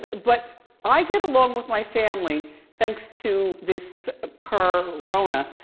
but i get along with my family thanks to this ah corona.